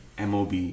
MOB